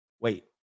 Wait